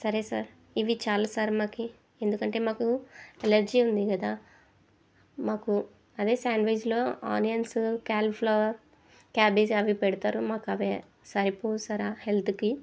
సరే సార్ ఇవి చాలా సార్ మాకి ఎందుకంటే మాకు ఎలర్జీ ఉంది కదా మాకు అదే శాండ్విచ్లో ఆనియన్స్ క్యాలఫ్లవర్ క్యాబేజ్ అవి పెడతారు మాకు అవే సరిపోవు సార్ ఆ హెల్త్కి